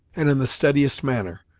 and in the steadiest manner,